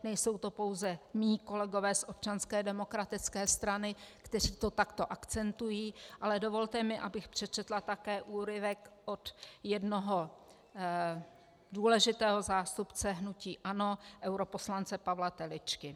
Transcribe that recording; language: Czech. Nejsou to pouze mí kolegové z Občanské demokratické strany, kteří to takto akcentují, ale dovolte mi, abych přečetla také úryvek od jednoho důležitého zástupce hnutí ANO, europoslance Pavla Teličky.